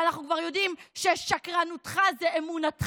אבל אנחנו כבר יודעים ששקרנותך זאת אומנותך,